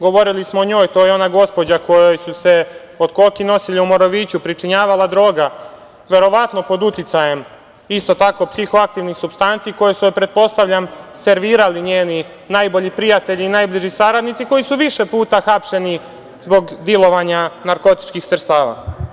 Govorili smo o njoj, to je ona gospođa kojoj se od koki nosilja u Moroviću pričinjavala droga, verovatno pod uticajem isto tako psihoaktivnih supstanci koje su joj, pretpostavljam, servirali njeni najbolji prijatelji i najbliži saradnici koji su više puta hapšeni zbog dilovanja narkotičkih sredstava.